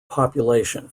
population